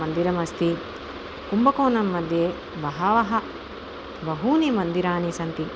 मन्दिरमस्ति कुम्बकोणम्मध्ये बहवः बहूनि मन्दिराणि सन्ति